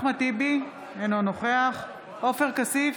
אחמד טיבי, אינו נוכח עופר כסיף,